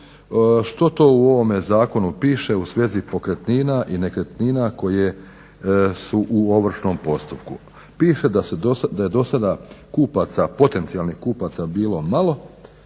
Što to u ovome zakonu piše u svezi pokretnina i nekretnina koje su u ovršnom postupku? Piše da je dosada potencijalnih kupaca bilo malo